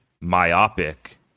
myopic